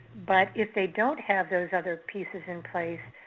but if they don't have those other pieces in place,